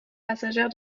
passagère